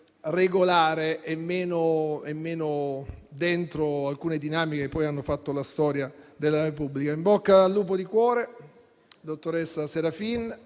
regolare e meno dentro alcune dinamiche che poi hanno fatto la storia della Repubblica. In bocca al lupo di cuore, dottoressa Serafin.